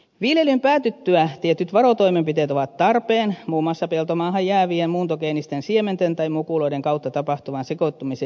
viljelyn päätyttyä tietyt varotoimenpiteet ovat tarpeen muun muassa peltomaahan jäävien muuntogeenisten siementen tai mukuloiden kautta tapahtuvan sekoittumisen estämiseksi